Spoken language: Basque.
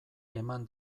eman